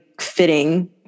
fitting